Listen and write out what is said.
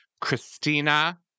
Christina